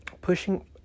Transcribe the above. pushing